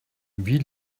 wie